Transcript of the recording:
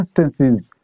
instances